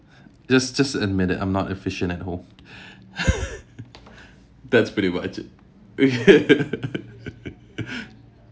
just just admit it I'm not efficient at home that's pretty much